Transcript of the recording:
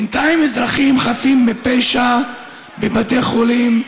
בינתיים אזרחים חפים מפשע בבתי חולים,